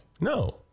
No